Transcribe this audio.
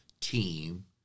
team